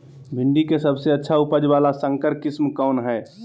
भिंडी के सबसे अच्छा उपज वाला संकर किस्म कौन है?